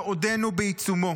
שעודנו בעיצומו